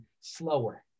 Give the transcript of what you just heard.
slower